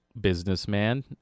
businessman